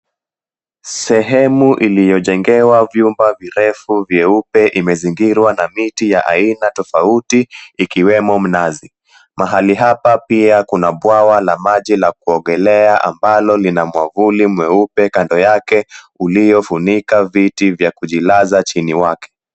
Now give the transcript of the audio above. Sehemu iliyojengewa vyombo virefu vyeupe, imezingirwa na miti ya aina tofauti ikiwemo mnazi. Mahali hapa pia kuna bwawa la maji la kuogelea ambalo lina mwavuli mweupe kando yake uliofunika viti vya kujilaza chini wake.